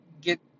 get